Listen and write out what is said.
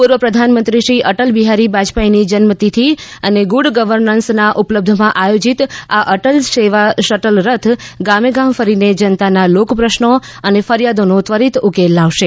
પૂર્વ પ્રધાનમંત્રી શ્રી અટલ બિહારી બાજપાઇની જન્મતિથી અને ગુડ ગર્વનન્સના ઉપલબ્ધમાં આયોજીત આ અટલ સેવા શટલ રથ ગામે ગામ ફરીને જનતાના લોકપ્રશ્નો અને ફરિયાદાનો ત્વરીત ઉકેલ લાવશે